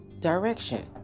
direction